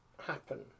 happen